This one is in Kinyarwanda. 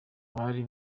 abari